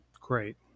Great